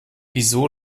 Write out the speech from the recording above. wieso